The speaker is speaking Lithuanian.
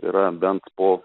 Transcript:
yra bent po